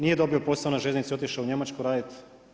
Nije dobio posao na željeznici, otišao je u Njemačku raditi.